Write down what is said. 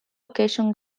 occasion